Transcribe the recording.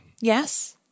Yes